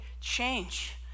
change